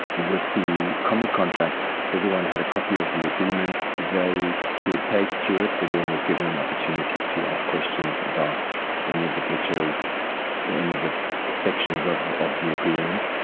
with the comic contract, everyone had a copy of the agreement, they could page through it, everyone was given an opportunity to ask questions about any of the pictures or any of the sections of of the agreement.